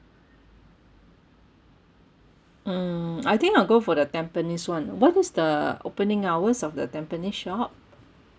mm I think I'll go for the tampines [one] what is the opening hours of the tampines shop